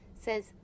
says